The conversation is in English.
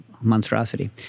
monstrosity